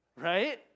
Right